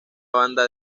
banda